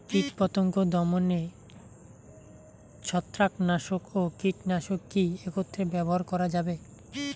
কীটপতঙ্গ দমনে ছত্রাকনাশক ও কীটনাশক কী একত্রে ব্যবহার করা যাবে?